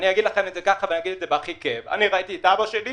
אגיד בהכי כאב, אני ראיתי את אבא שלי